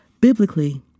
Biblically